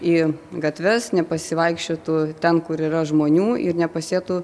į gatves nepasivaikščiotų ten kur yra žmonių ir nepasėtų